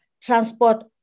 transport